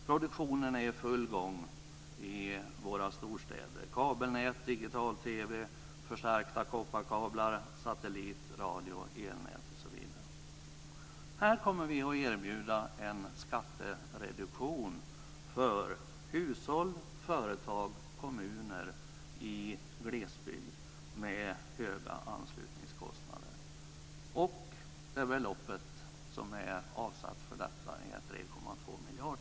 Produktionen är i full gång i våra storstäder: kabelnät, digital-TV, förstärkta kopparkablar, satellit, radio, elnät osv. Här kommer vi att erbjuda en skattereduktion för hushåll, företag och kommuner i glesbygd med höga anslutningskostnader. Det belopp som är avsatt för detta är 3,2 miljarder.